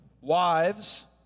Wives